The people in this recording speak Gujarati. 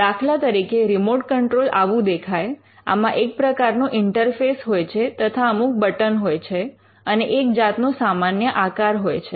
દાખલા તરીકે રિમોટ કંટ્રોલ આવું દેખાય આમાં એક પ્રકારનો ઇન્ટરફેસ હોય છે તથા અમુક બટન હોય છે અને એક જાતનો સામાન્ય આકાર હોય છે